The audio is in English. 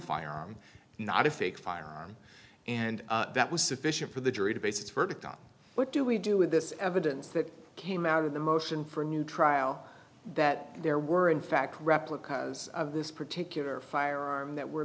firearm not a fake firearm and that was sufficient for the jury to base its verdict on what do we do with this evidence that came out of the motion for a new trial that there weren't fact replicas of this particular firearm that were